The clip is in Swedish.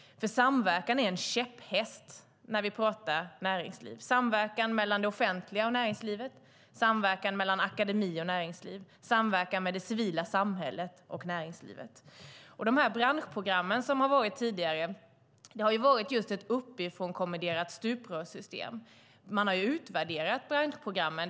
Samverkan är en käpphäst när vi talar om näringslivet. Det handlar om samverkan mellan det offentliga och näringslivet, samverkan mellan akademier och näringsliv och samverkan mellan det civila samhället och näringslivet. De branschprogram som har funnits tidigare har varit just ett uppifrånkommenderat stuprörssystem. Man har utvärderat branschprogrammen.